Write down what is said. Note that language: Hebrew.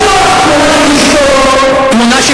רוצה לשלוח תמונה של